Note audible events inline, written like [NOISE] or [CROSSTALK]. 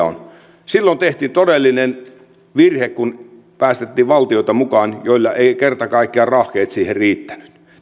[UNINTELLIGIBLE] on silloin tehtiin todellinen virhe kun päästettiin valtioita mukaan joilla eivät kerta kaikkiaan rahkeet siihen riittäneet